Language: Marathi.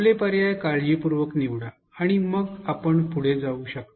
आपले पर्याय काळजीपूर्वक निवडा आणि मग आपण पुढे जाऊ शकता